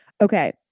Okay